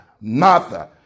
Martha